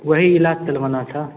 वहीं इलाज करवाना था